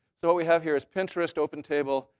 so what we have here is pinterest, opentable,